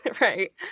Right